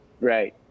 Right